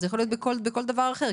זה יכול להיות בכל דבר אחר.